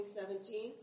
seventeen